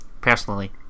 personally